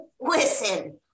listen